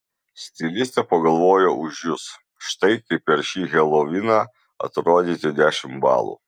stilistė pagalvojo už jus štai kaip per šį heloviną atrodyti dešimt balų